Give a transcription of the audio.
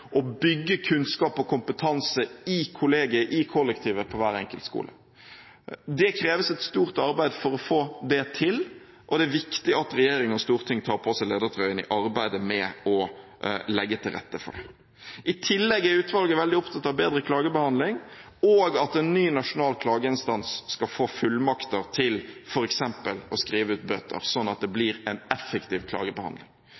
å bygge kunnskap og kompetanse i kollegiet, i kollektivet, på hver enkelt skole. Det kreves et stort arbeid for å få det til, og det er viktig at regjering og storting tar på seg ledertrøyen i arbeidet med å legge til rette for det. I tillegg er utvalget veldig opptatt av bedre klagebehandling og at en ny nasjonal klageinstans skal få fullmakter til f.eks. å skrive ut bøter, sånn at det